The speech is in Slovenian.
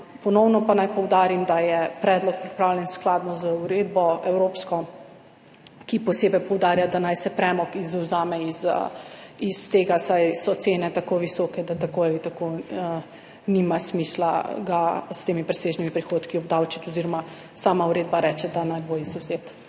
Ponovno pa naj poudarim, da je predlog pripravljen skladno z evropsko uredbo, ki posebej poudarja, da naj se premog izvzame iz tega, saj so cene tako visoke, da ga tako ali tako nima smisla s temi presežnimi prihodki obdavčiti oziroma sama uredba reče, da naj bo izvzet.